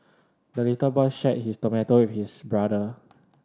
the little boy shared his tomato with his brother